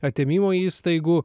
atėmimo įstaigų